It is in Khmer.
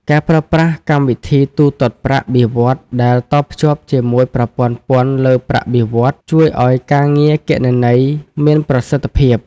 ការប្រើប្រាស់កម្មវិធីទូទាត់ប្រាក់បៀវត្សរ៍ដែលតភ្ជាប់ជាមួយប្រព័ន្ធពន្ធលើប្រាក់បៀវត្សរ៍ ជួយឱ្យការងារគណនេយ្យមានប្រសិទ្ធភាព។